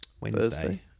Wednesday